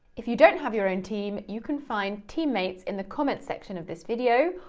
if you don't have your own team, you can find teammates in the comment section of this video,